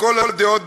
לכל הדעות,